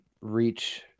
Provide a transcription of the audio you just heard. reach